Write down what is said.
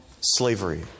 slavery